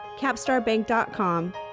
CapstarBank.com